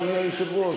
אדוני היושב-ראש,